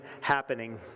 happening